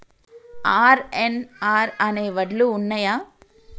RNR అనే వడ్లు ఉన్నయా?